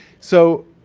so,